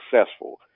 successful